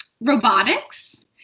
robotics